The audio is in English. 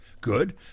good